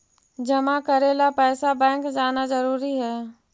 जमा करे ला पैसा बैंक जाना जरूरी है?